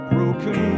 Broken